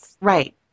Right